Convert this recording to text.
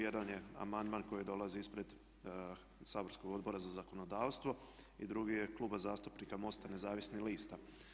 Jedan je amandman koji dolazi ispred saborskog Odbora za zakonodavstvo i drugi je Kluba zastupnika MOST-a nezavisnih lista.